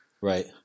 Right